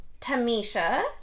Tamisha